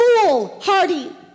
Foolhardy